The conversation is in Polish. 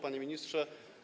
Panie Ministrze!